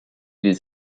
les